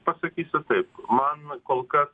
pasakysiu taip mano kol kas